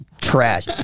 trash